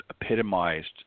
epitomized